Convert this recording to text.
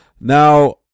Now